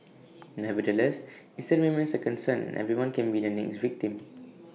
nevertheless IT still remains A concern and anyone can be the next victim